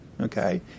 okay